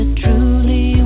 truly